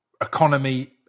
economy